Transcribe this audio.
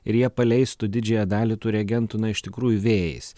ir jie paleistų didžiąją dalį tų reagentų na iš tikrųjų vėjais